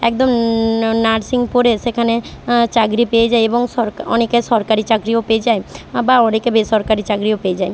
একদম ন নার্সিং পড়ে সেখানে চাকরি পেয়ে যায় এবং সরকা অনেকে সরকারি চাকরিও পেয়ে যায় বা অনেকে বেসরকারি চাকরিও পেয়ে যায়